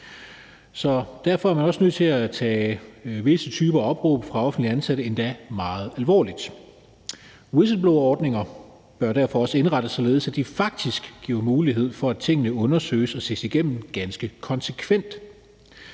derfor er man også nødt til at tage visse typer af opråb fra offentligt ansatte endda meget alvorligt. Whistleblowerordninger bør derfor også indrettes således, at de faktisk giver mulighed for, at tingene undersøges og ses igennem ganske konsekvent